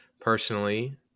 personally